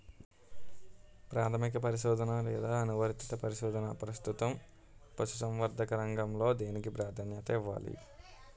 ప్రాథమిక పరిశోధన లేదా అనువర్తిత పరిశోధన? ప్రస్తుతం పశుసంవర్ధక రంగంలో దేనికి ప్రాధాన్యత ఇవ్వాలి?